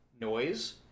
noise